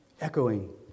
echoing